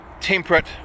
temperate